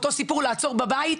אותו סיפור של מעצב בבית,